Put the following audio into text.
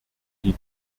die